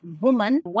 woman